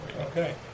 Okay